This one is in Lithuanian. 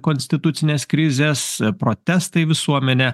konstitucinės krizės protestai visuomenė